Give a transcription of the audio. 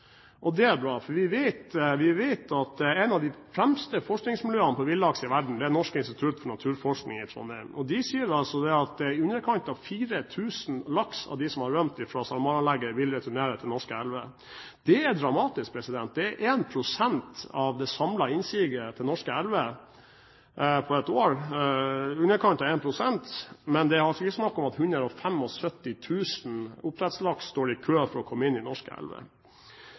og det er bra. Vi vet at ett av de fremste forskningsmiljøene på villaks i verden er Norsk institutt for naturforskning i Trondheim, og de sier at i underkant av 4 000 laks av dem som har rømt fra SalMar-anlegget, vil returnere til norske elver. Det er dramatisk. Det er i underkant av 1 pst. av det samlede innsiget til norske elver på ett år. Men det er altså ikke snakk om at 175 000 oppdrettslaks står i kø for å komme inn i norske elver.